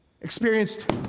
experienced